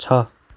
छ